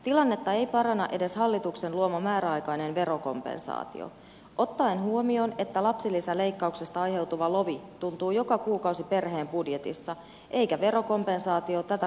tilannetta ei paranna edes hallituksen luoma määräaikainen verokompensaatio ottaen huomioon että lapsilisäleikkauksesta aiheutuva lovi tuntuu joka kuukausi perheiden budjetissa eikä verokompensaatio tätä kuukausitasolla paikkaa